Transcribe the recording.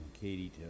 Katie